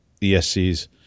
ESCs